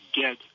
get